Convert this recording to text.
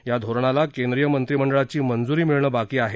या धोरणाला केंद्रीय मंत्रिमंडळाची मंज्री मिळणं बाकी आहे